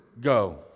go